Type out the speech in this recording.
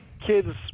Kids